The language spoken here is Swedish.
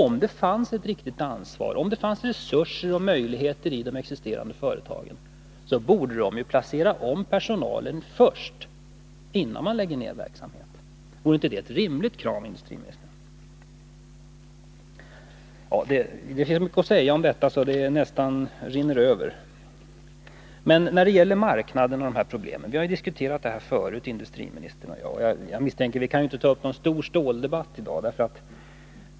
Om det fanns ett riktigt ansvar, resurser och möjligheter i de existerande företagen, borde de placera om personalen först, innan de lägger ned verksamheten. Vore inte det ett rimligt krav, industriministern? Det finns så mycket att säga om detta att det nästan rinner över. Men jag vill ta upp marknaderna och problemen i det sammanhanget. Industriministern och jag har diskuterat dessa problem tidigare, och jag misstänker att vi i dag inte kan föra någon stor ståldebatt.